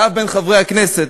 ואף בין חברי הכנסת,